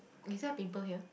is there a pimple here